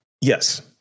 yes